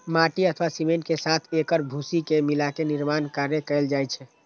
माटि अथवा सीमेंट के साथ एकर भूसी के मिलाके निर्माण कार्य कैल जाइ छै